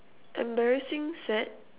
embarrassing sad